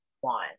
one